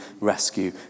rescue